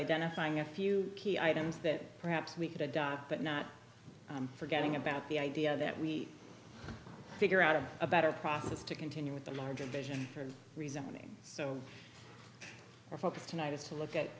identifying a few key items that perhaps we could have done but not forgetting about the idea that we figure out of a better process to continue with the larger vision for resuming so our focus tonight is to look at